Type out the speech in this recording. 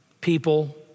people